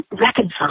reconcile